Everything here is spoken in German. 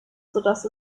sodass